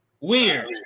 Weird